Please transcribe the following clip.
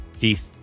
Keith